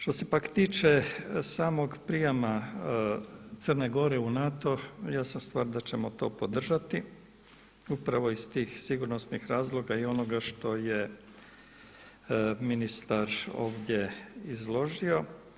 Što se pak tiče samog prijama Crne Gore u NATO jasna stvar da ćemo to podržati upravo iz tih sigurnosnih razloga i onoga što je ministar ovdje izložio.